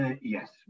Yes